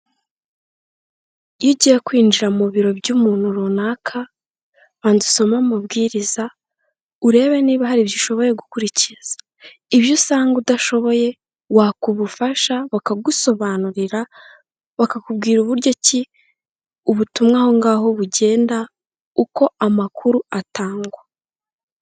Iyo ugiye kwinjira mu biro by'umuntu runaka, banza usome amabwiriza urebe niba hari ibyo ushoboye gukurikiza. Ibyo usanga udashoboye waka ubufasha bakagusobanurira bakakubwira uburyo ki ubutumwa aho ngaho bugenda uko amakuru atangwa.